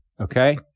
Okay